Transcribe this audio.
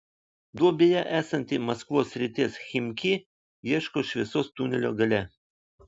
duobėje esanti maskvos srities chimki ieško šviesos tunelio gale